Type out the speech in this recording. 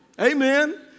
Amen